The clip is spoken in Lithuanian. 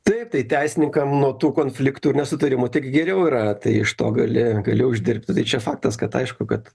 taip tai teisininkam nuo tų konfliktų ir nesutarimų tik geriau yra tai iš to gali gali uždirbti tai čia faktas kad aišku kad